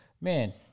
Man